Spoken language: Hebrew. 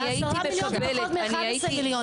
מ-11 מיליון,